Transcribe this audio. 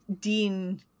Dean